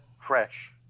fresh